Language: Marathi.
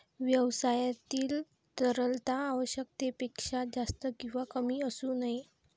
व्यवसायातील तरलता आवश्यकतेपेक्षा जास्त किंवा कमी असू नये